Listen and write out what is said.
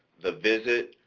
the visit,